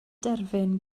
derfyn